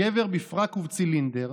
הגבר בפראק ובצילינדר,